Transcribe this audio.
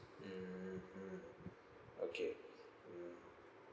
mm okay will